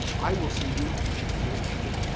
i will see you in the next video.